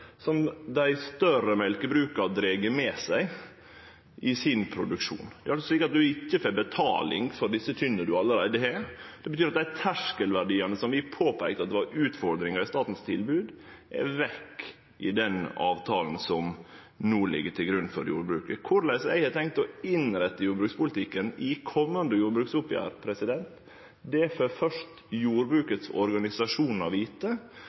som dei større mjølkebruka dreg med seg i produksjonen sin. Det er slik at ein ikkje får betaling for dei kyrne ein allereie har, og det betyr at dei terskelverdiane som vi i tilbodet frå staten peikte på var utfordringane, er vekk i den avtalen som no ligg til grunn for jordbruket. Korleis eg har tenkt å innrette jordbrukspolitikken i komande jordbruksoppgjer, får først organisasjonane i jordbruket vite når eg legg fram tilbodet frå staten for